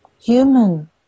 Human